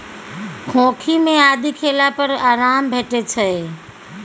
खोंखी मे आदि खेला पर आराम भेटै छै